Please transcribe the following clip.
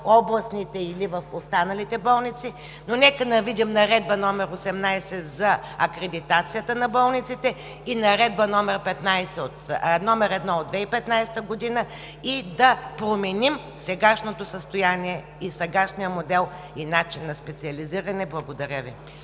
областните или в останалите болници, но нека да видим Наредба № 18 за акредитацията на болниците и Наредба № 1 от 2015 г. и да променим сегашното състояние, сегашния модел и начин на специализиране. Благодаря Ви.